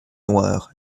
noirs